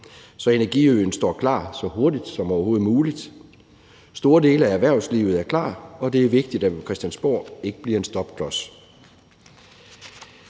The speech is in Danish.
så energiøen står klar så hurtigt som overhovedet muligt. Store dele af erhvervslivet er klar, og det er vigtigt, at Christiansborg ikke bliver en stopklods.